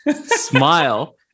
smile